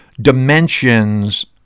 dimensions